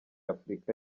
afurika